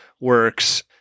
works